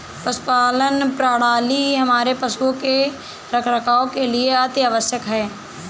पशुपालन प्रणाली हमारे पशुओं के रखरखाव के लिए अति आवश्यक है